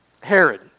Herod